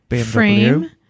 frame